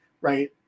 right